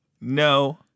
No